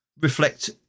reflect